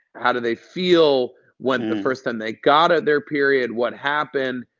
how did they feel when the first time they got ah their period? what happened?